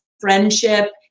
friendship